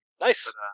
Nice